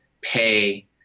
pay